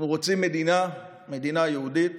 אנחנו רוצים מדינה, מדינה יהודית